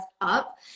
up